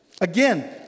Again